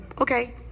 Okay